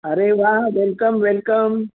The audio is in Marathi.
अरे वा वेलकम वेलकम